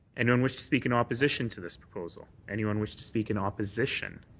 anyone wish to speak in opposition to this proposal? anyone wish to speak in opposition?